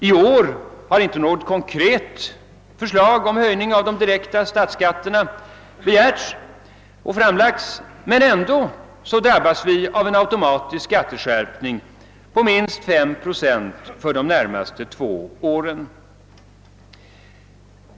I år har inte något konkret förslag om höjning av de direkta statsskatterna framlagts, men ändå drabbas vi av en automatisk skatteskärpning på minst 5 procent för de närmaste två åren.